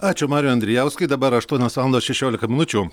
ačiū marijau andrijauskai dabar aštuonios valandos šešiolika minučių